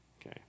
Okay